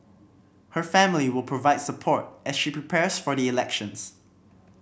her family will provide support as she prepares for the elections